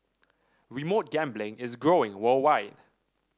remote gambling is growing worldwide